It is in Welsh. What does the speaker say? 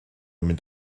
mynd